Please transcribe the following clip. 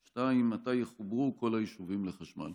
2. מתי יחוברו כל היישובים לחשמל?